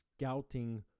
scouting